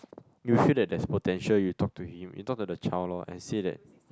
you feel that there's potential you talk to him you talk to the child lor and say that